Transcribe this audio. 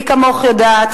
מי כמוך יודעת,